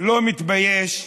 לא מתבייש,